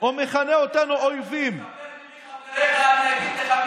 או מכנה אותנו "אויבים" ספר לי מי חבריך ואגיד לך מי אתה.